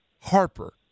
Harper